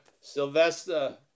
Sylvester